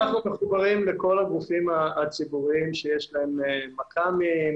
אנחנו מחוברים לכל הגופים הציבוריים שיש להם מכ"מים,